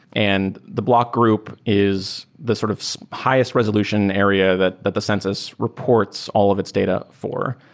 and the block group is the sort of highest resolution area that that the census reports all of its data for.